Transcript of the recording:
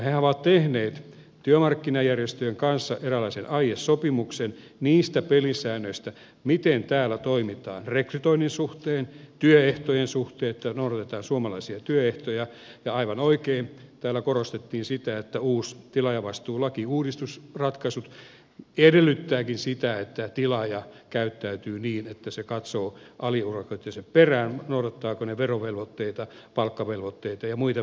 hehän ovat tehneet työmarkkinajärjestöjen kanssa eräänlaisen aiesopimuksen niistä pelisäännöistä miten täällä toimitaan rekrytoinnin suhteen työehtojen suhteen että noudatetaan suomalaisia työehtoja ja aivan oikein täällä korostettiin sitä että uusi tilaajavastuulaki ja sen uudistusratkaisut edellyttävätkin sitä että tilaaja käyttäytyy niin että se katsoo aliurakoitsijoidensa perään noudattavatko he verovelvoitteita palkkavelvoitteita ja muita velvoitteita